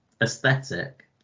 aesthetic